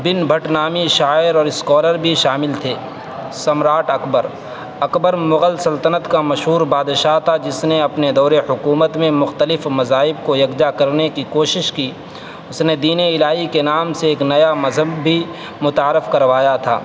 بن بھٹ نامی شاعر اور اسکالر بھی شامل تھے سمراٹ اکبر اکبر مغل سلطنت کا مشہور بادشاہ تھا جس نے اپنے دور حکومت میں مختلف مذاہب کو یکجا کرنے کی کوشش کی اس نے دین الٰہی کے نام سے ایک نیا مذہب بھی متعارف کروایا تھا